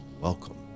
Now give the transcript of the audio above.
welcome